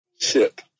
Ship